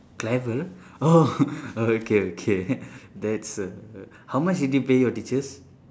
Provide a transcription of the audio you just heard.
clever oh okay okay that's err how much did you pay your teachers